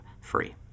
free